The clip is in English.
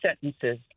sentences